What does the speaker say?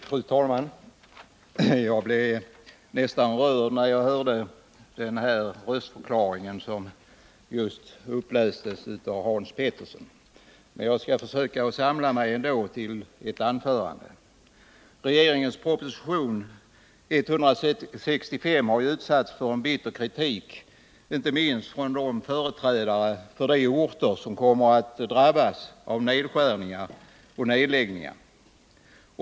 Fru talman! Jag blev nästan rörd när jag hörde den röstförklaring som just upplästs av Hans Petersson i Röstånga, men jag skall ändå försöka samla mig till ett anförande. Regeringens proposition 165 har utsatts för bitter kritik, inte minst från företrädare för de orter som kommer att drabbas av nedskärningar och nedläggning.